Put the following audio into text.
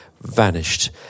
vanished